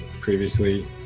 previously